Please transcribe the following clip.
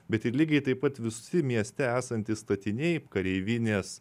bet ir lygiai taip pat visi mieste esantys statiniai kareivinės